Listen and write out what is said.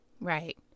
Right